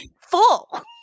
full